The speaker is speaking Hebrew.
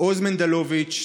עוז מנדלוביץ',